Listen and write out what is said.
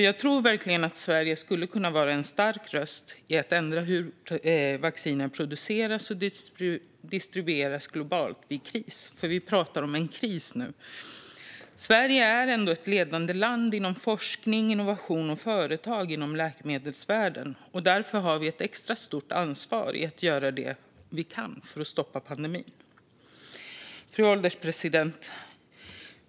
Jag tror verkligen att Sverige skulle kunna vara en stark röst i att ändra hur vaccinen produceras och distribueras globalt vid kriser, för vi pratar om en kris nu. Sverige är ett ledande land inom forskning, innovation och företag inom läkemedelsvärlden, och därför har vi ett extra stort ansvar för att göra vad vi kan för att stoppa pandemin. Fru ålderspresident!